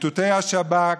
איתותי השב"כ,